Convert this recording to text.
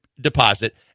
deposit